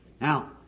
Now